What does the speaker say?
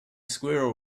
squirrel